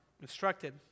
Instructed